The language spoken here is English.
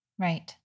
Right